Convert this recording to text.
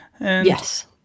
Yes